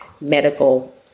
medical